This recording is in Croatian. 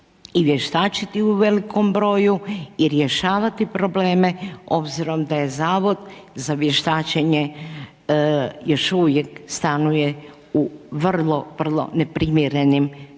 i vještačiti u velikom broju i rješavati probleme obzirom da je Zavod za vještačenje još uvijek stanuje u vrlo, vrlo neprimjerenim prostorima